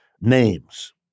names